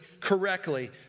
correctly